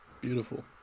Beautiful